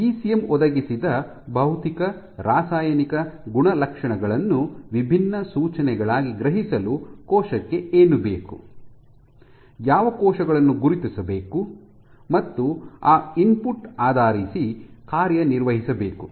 ECM ಒದಗಿಸಿದ ಭೌತಿಕ ರಾಸಾಯನಿಕ ಗುಣಲಕ್ಷಣಗಳನ್ನು ವಿಭಿನ್ನ ಸೂಚನೆಗಳಾಗಿ ಗ್ರಹಿಸಲು ಕೋಶಕ್ಕೆ ಏನು ಬೇಕು ಯಾವ ಕೋಶಗಳನ್ನು ಗುರುತಿಸಬೇಕು ಮತ್ತು ಆ ಇನ್ಪುಟ್ ಆಧರಿಸಿ ಕಾರ್ಯನಿರ್ವಹಿಸಬೇಕು